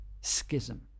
schism